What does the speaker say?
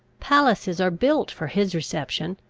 palaces are built for his reception,